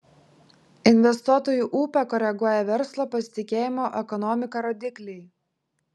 investuotojų ūpą koreguoja verslo pasitikėjimo ekonomika rodikliai